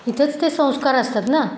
तिथंच ते संस्कार असतात ना